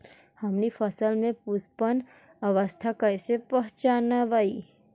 हमनी फसल में पुष्पन अवस्था कईसे पहचनबई?